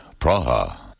Praha